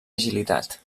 agilitat